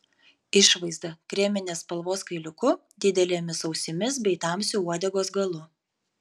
išvaizda kreminės spalvos kailiuku didelėmis ausimis bei tamsiu uodegos galu